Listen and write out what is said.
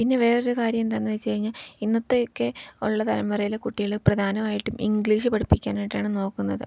പിന്നെ വേറൊരു കാര്യം എന്താണെന്നു വെച്ചു കഴിഞ്ഞാൽ ഇന്നത്തെയൊക്കെ ഉള്ള തലമുറയിലെ കുട്ടികൾ പ്രധാനമായിട്ടും ഇംഗ്ലീഷ് പഠിപ്പിക്കാനായിട്ടാണ് നോക്കുന്നത്